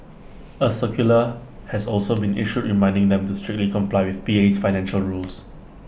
A circular has also been issued reminding them to strictly comply with PA's financial rules